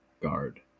guard